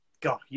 God